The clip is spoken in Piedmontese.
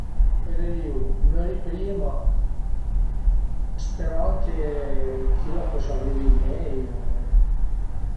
Preferirìu möri prima sperand che chila a pösa vivi mei o